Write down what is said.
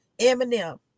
Eminem